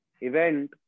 event